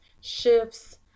shifts